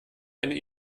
eine